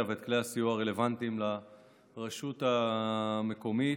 ואת כלי הסיוע הרלוונטיים לרשות המקומית.